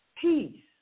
peace